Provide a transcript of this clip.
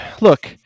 look